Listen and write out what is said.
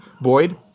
Boyd